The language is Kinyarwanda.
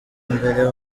mbere